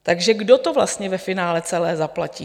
Takže kdo to vlastně ve finále celé zaplatí?